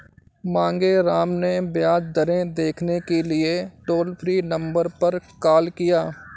मांगेराम ने ब्याज दरें देखने के लिए टोल फ्री नंबर पर कॉल किया